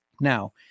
Now